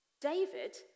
David